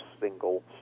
single